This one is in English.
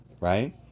right